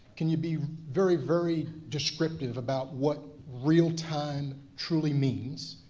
can you be very, very descriptive about what real-time truly means?